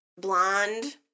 blonde